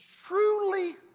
truly